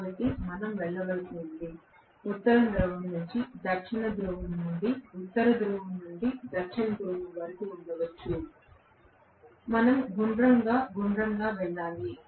కాబట్టి మనం వెళ్ళవలసి ఉంటుంది ఉత్తర ధ్రువం నుండి దక్షిణ ధృవం నుండి ఉత్తర ధ్రువం నుండి దక్షిణ ధ్రువం వరకు ఉండవచ్చు మనం గుండ్రంగా గుండ్రంగా వెళ్ళాలి